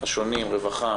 השונים רווחה,